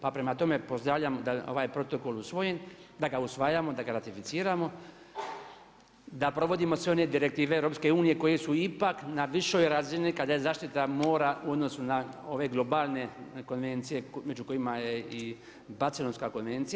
Pa prema tome pozdravljam da ovaj protokol usvojen, da ga usvajamo, da ga ratificiramo, da provodimo sve one direktive EU koje su ipak na višoj razini kada je zaštita mora u odnosu na ove globalne konvencije među kojima je i Barcelonska konvencija.